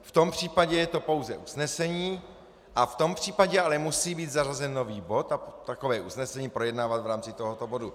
V tom případě je to pouze usnesení a v tom případě ale musí být zařazen nový bod a takové usnesení projednávat v rámci tohoto bodu.